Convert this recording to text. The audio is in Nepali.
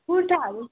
कुर्थाहरू